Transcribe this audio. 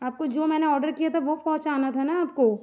आपको जो मैंने ऑडर किया था वह पहुँचाना था ना आपको